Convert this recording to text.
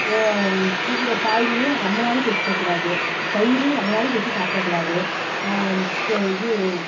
ஃப்ரிட்ஜ்ஜில் காய்களையும் ரொம்ப நாளைக்கு வச்சுக்க கூடாது தயிர் ரொம்ப நாளைக்கு வச்சு சாப்பிட கூடாது க இது